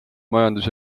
majandus